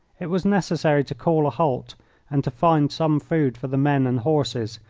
it was necessary to call a halt and to find some food for the men and horses,